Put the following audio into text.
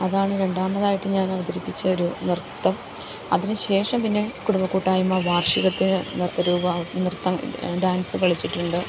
അതാണ് രണ്ടാമതായിട്ട് ഞാൻ അവതരിപ്പിച്ച ഒരു നൃത്തം അതിനുശേഷം പിന്നെ കുടുംബ കൂട്ടായ്മ വർഷികത്തിന് നൃത്തരൂപം നൃത്തം ഡാൻസ് കളിച്ചിട്ടുണ്ട്